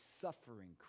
suffering